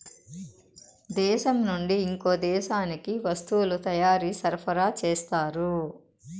దేశం నుండి ఇంకో దేశానికి వస్తువుల తయారీ సరఫరా చేస్తారు